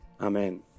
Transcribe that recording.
Amen